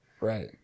Right